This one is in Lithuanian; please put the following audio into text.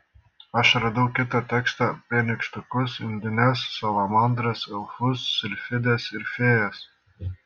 aš radau kitą tekstą apie nykštukus undines salamandras elfus silfides ir fėjas